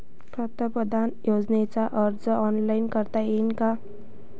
पंतप्रधान योजनेचा अर्ज ऑनलाईन करता येईन का?